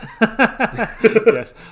Yes